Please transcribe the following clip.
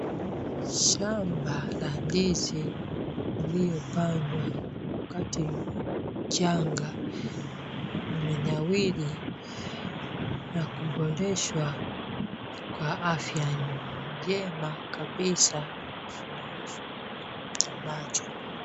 Shamba ya ndizi iliyopandwa katikati ya janga imenawiri na kunogeshwa kwa afya njema kabisa ya kufurahisha macho.